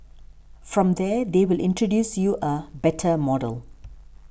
from there they will introduce you a 'better' model